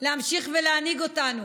להמשיך ולהנהיג אותנו.